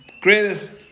greatest